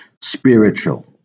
spiritual